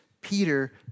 Peter